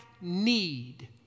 need